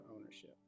ownership